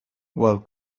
while